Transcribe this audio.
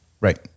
Right